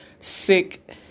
sick